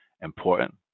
important